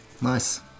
Nice